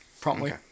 promptly